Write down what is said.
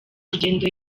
urugendo